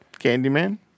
Candyman